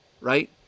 Right